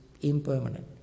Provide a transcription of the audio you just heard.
impermanent